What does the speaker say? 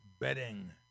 betting